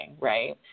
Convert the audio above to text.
right